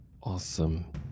awesome